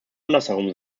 andersherum